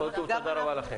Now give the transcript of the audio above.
כל טוב, תודה רבה לכם.